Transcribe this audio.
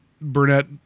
Burnett